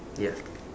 ya